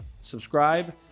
subscribe